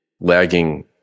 lagging